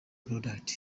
product